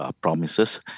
promises